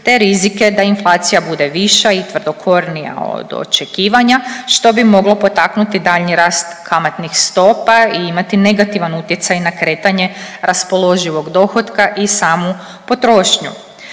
te rizike da inflacija bude viša i tvrdokornija od očekivanja što bi moglo potaknuti daljnji rast kamatnih stopa i imati negativan utjecaj na kretanje raspoloživog dohotka i samu potrošnju.